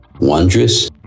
wondrous